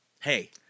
Hey